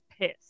piss